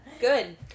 Good